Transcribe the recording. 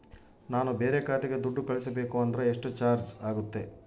ನಾನು ಬೇರೆ ಖಾತೆಗೆ ದುಡ್ಡು ಕಳಿಸಬೇಕು ಅಂದ್ರ ಎಷ್ಟು ಚಾರ್ಜ್ ಆಗುತ್ತೆ?